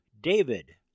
David